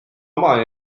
oma